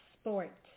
sport